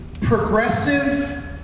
progressive